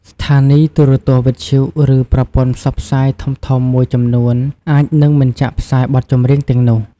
ស្ថានីយទូរទស្សន៍ វិទ្យុ ឬប្រព័ន្ធផ្សព្វផ្សាយធំៗមួយចំនួនអាចនឹងមិនចាក់ផ្សាយបទចម្រៀងទាំងនោះ។